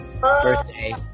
birthday